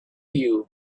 you